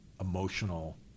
emotional